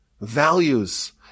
values